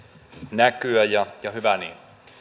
näkyä ja ja hyvä niin